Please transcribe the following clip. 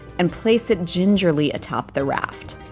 and place it gingerly atop the raft.